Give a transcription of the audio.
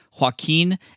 joaquin